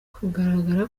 kugaragara